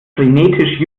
frenetisch